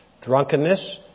drunkenness